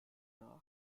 nach